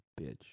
bitch